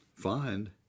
find